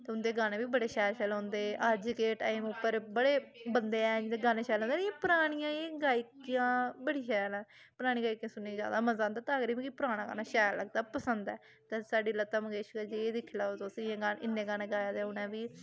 ते उं'दे गाने बी बड़े शैल शैल होंदे अज्ज के टाइम उप्पर बड़े बंदे हैन जेह्दे गाने शैल लगदे न इ'यां परानियां जे गायकां बड़ी शैल ऐ परानी गायकां सुनने गी बड़ा मज़ा आंदा तां करी मिगी पराना गाना शैल लगदा पसंद ऐ ते साढ़ी लता मंगेशकर जी गी गै दिक्खी लैओ तुस जे इन्ने गाने गाए दे उनें बी